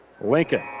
Lincoln